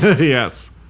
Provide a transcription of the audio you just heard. yes